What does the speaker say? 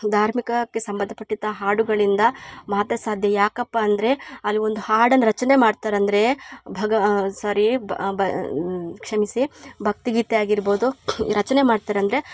ಧಾರ್ಮಿಕಕ್ಕೆ ಸಂಬಂಧ ಪಟ್ಟಂಥ ಹಾಡುಗಳಿಂದ ಮಾತ್ರ ಸಾಧ್ಯ ಯಾಕಪ್ಪ ಅಂದರೆ ಅಲ್ಲಿ ಒಂದು ಹಾಡನ್ನು ರಚನೆ ಮಾಡ್ತಾರಂದ್ರೆ ಭಗ ಸ್ವಾರಿ ಬ ಬಾ ಕ್ಷಮಿಸಿ ಭಕ್ತಿಗೀತೆ ಆಗಿರ್ಬೋದು ರಚನೆ ಮಾಡ್ತಾರಂದ್ರೆ